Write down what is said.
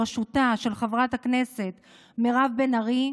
בראשותה של חברת הכנסת מירב בן ארי,